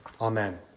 Amen